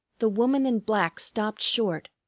the woman in black stopped short,